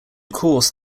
course